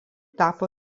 tapo